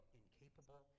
incapable